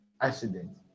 accident